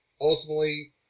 ultimately